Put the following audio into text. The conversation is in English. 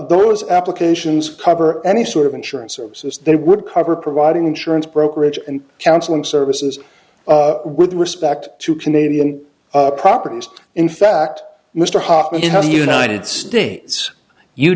those applications cover any sort of insurance services that would cover providing insurance brokerage and counseling services with respect to canadian properties in fact mr hofmann in the united states you